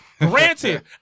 Granted